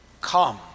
Come